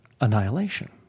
annihilation